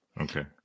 Okay